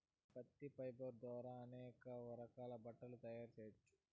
పత్తి ఫైబర్ ద్వారా అనేక రకాల బట్టలు తయారు చేయచ్చు